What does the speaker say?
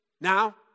now